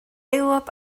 aelod